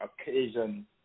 occasion